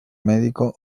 médico